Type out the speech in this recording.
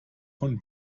von